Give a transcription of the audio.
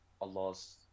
Allah's